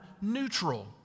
neutral